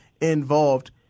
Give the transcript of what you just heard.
involved